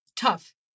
tough